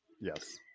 Yes